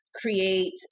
create